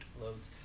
loads